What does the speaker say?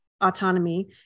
autonomy